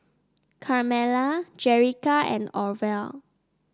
Carmella Jerrica and Orvel